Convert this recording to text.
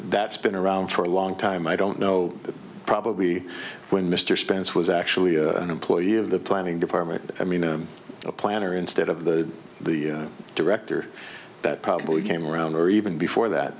that's been around for a long time i don't know probably when mr spence was actually an employee of the planning department i mean a planner instead of the the director that probably came around or even before that